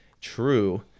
true